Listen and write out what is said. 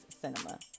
cinema